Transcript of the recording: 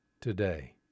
today